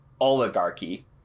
oligarchy